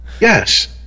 Yes